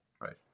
right